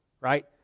Right